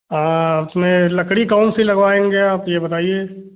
आँ उसमे लकड़ी कौन सी लगवाएंगे आप ये बताइए